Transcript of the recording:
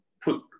put